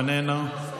איננה.